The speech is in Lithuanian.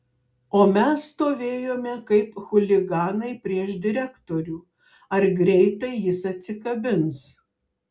o mes stovėjome kaip chuliganai prieš direktorių ar greitai jis atsikabins